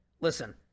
Listen